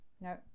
no